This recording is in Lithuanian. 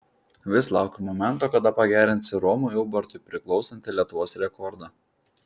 vis laukiu momento kada pagerinsi romui ubartui priklausantį lietuvos rekordą